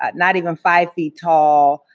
ah not even five feet tall,